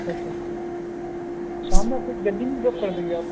اچھا اچھا شام میں آپ کچھ جلدی نہیں ڈراپ کر دیں گے آپ